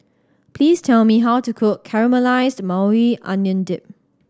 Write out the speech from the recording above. please tell me how to cook Caramelized Maui Onion Dip